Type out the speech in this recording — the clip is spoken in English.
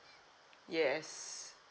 yes